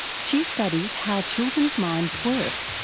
she studies how children's minds work.